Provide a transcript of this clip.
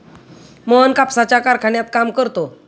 मोहन कापसाच्या कारखान्यात काम करतो